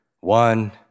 One